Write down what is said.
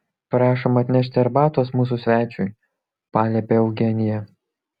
prašom atnešti arbatos mūsų svečiui paliepė eugenija